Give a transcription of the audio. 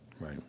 Right